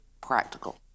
practical